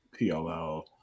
pll